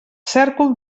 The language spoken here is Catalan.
cèrcol